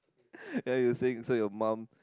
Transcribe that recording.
ya you were saying so your mum